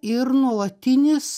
ir nuolatinis